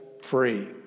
free